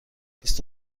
بیست